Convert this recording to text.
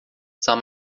sah